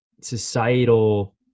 societal